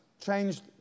changed